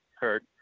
hurt